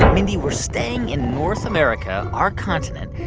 mindy, we're staying in north america, our continent.